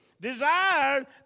desire